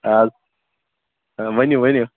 اَدٕ ؤنِو ؤنِو